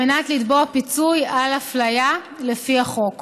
על מנת לתבוע פיצוי על אפליה לפי החוק.